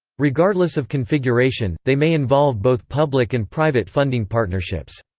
regardless of configuration, they may involve both public and private funding partnerships.